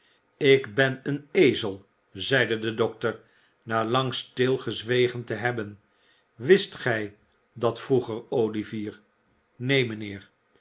ik ben een ezel zeide de dokter na lang stilgezwegen te hebben wist gij dat vroeger olivier neen